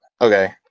Okay